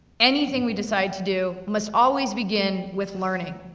anything we decide to do must always begin with learning.